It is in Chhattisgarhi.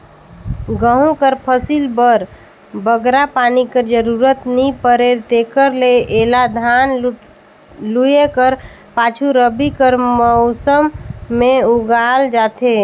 गहूँ कर फसिल बर बगरा पानी कर जरूरत नी परे तेकर ले एला धान लूए कर पाछू रबी कर मउसम में उगाल जाथे